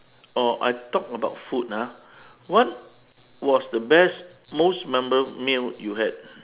or I talk about food ah what was the best most memorable meal you had